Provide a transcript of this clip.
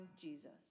Jesus